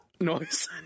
noise